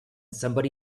somebody